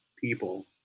people